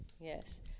yes